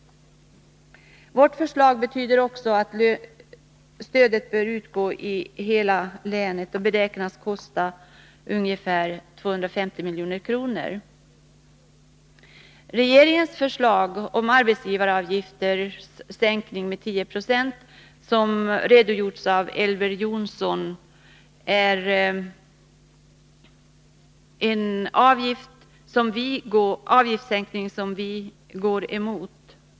Vårt förslag betyder också att stödet bör utgå i hela länet. Det beräknas kosta ungefär 250 milj.kr. Regeringens förslag om att arbetsgivaravgifterna sänks med 10 96 har Elver Jonsson redogjort för. Det är en avgiftssänkning som vi går emot.